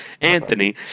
Anthony